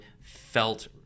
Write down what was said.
felt